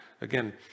again